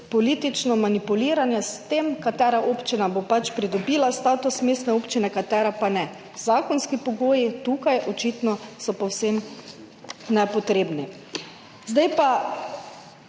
politično manipuliranje s tem, katera občina bo pridobila status mestne občine, katera pa ne. Zakonski pogoji so tukaj očitno povsem nepotrebni.